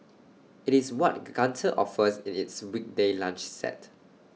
IT is what Gunther offers in its weekday lunch set